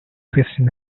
question